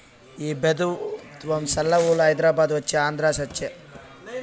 ఈ పెబుత్వం సలవవల్ల హైదరాబాదు వచ్చే ఆంధ్ర సచ్చె